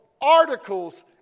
articles